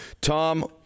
Tom